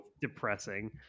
depressing